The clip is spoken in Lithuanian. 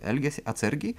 elgėsi atsargiai